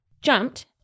jumped